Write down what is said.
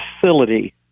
facility